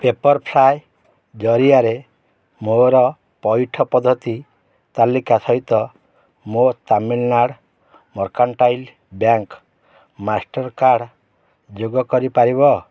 ପେପର୍ଫ୍ରାଏ ଜରିଆରେ ମୋର ପଇଠ ପଦ୍ଧତି ତାଲିକା ସହିତ ମୋ ତାମିଲନାଡ଼୍ ମର୍କାଣ୍ଟାଇଲ୍ ବ୍ୟାଙ୍କ୍ ମାଷ୍ଟର୍କାର୍ଡ଼୍ ଯୋଗ କରିପାରିବ